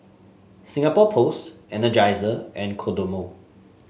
Singapore Post Energizer and Kodomo